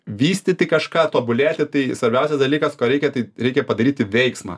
vystyti kažką tobulėti tai svarbiausias dalykas ko reikia tai reikia padaryti veiksmą